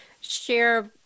share